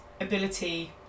ability